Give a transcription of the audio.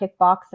kickboxing